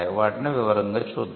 వాటిని వివరంగా చూద్దాం